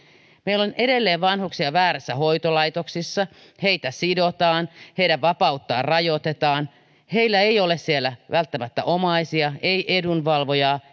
meillä on edelleen vanhuksia väärissä hoitolaitoksissa heitä sidotaan heidän vapauttaan rajoitetaan heillä ei ole siellä välttämättä omaisia ei edunvalvojaa